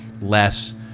less